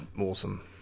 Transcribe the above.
awesome